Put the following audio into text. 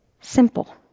simple